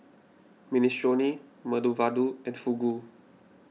Minestrone Medu Vada and Fugu